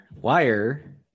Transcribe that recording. Wire